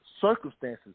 Circumstances